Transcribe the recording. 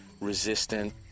resistant